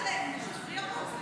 מה את צועקת עלינו --- סליחה.